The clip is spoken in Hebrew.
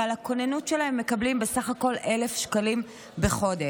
ועל הכוננות שלהם הם מקבלים בסך הכול 1,000 שקלים בחודש.